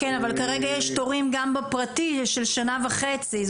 אבל כרגע יש תורים גם בפרטי של שנה וחצי.